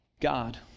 God